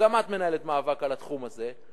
וגם את מנהלת מאבק על התחום הזה,